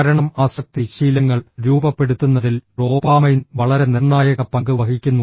കാരണം ആസക്തി ശീലങ്ങൾ രൂപപ്പെടുത്തുന്നതിൽ ഡോപാമൈൻ വളരെ നിർണായക പങ്ക് വഹിക്കുന്നു